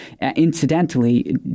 incidentally